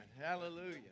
hallelujah